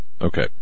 Okay